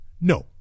No